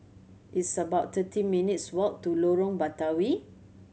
it's about thirteen minutes' walk to Lorong Batawi